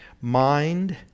Mind